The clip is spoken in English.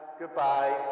Goodbye